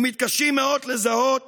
ומתקשים מאוד לזהות